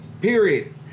Period